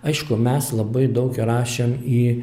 aišku mes labai daug įrašėm į